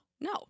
No